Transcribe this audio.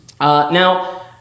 Now